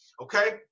Okay